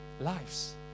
lives